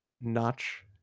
notch